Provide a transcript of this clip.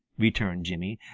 returned jimmy.